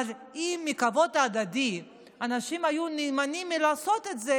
אבל אם מכבוד הדדי אנשים היו נמנעים מלעשות את זה,